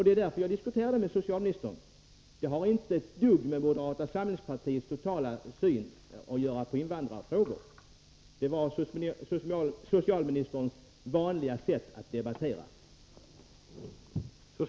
Det är därför som jag diskuterar det med socialministern. Det har inte ett dugg med moderata samlingspartiets totala syn på invandrarfrågorna att göra, men detta är socialministerns vanliga sätt att debattera på.